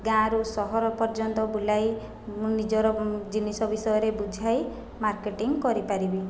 ଗାଁରୁ ସହର ପର୍ଯ୍ୟନ୍ତ ବୁଲାଇ ମୁଁ ନିଜର ଜିନିଷ ବିଷୟରେ ବୁଝାଇ ମାର୍କେଟିଂ କରିପାରିବି